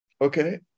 okay